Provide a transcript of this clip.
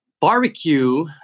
Barbecue